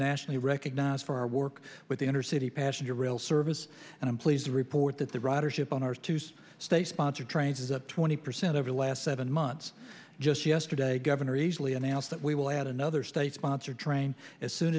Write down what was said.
nationally recognized for our work with the inner city passenger rail service and i'm pleased to report that the ridership on our tuesday state sponsor trains is twenty percent over the last seven months just yesterday governor easley announced that we will add another state sponsored train as soon